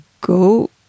go